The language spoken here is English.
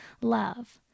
love